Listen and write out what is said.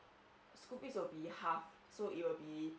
school fees will be half so it will be